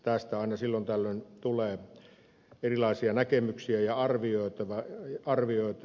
tästä aina silloin tällöin tulee erilaisia näkemyksiä ja arvioita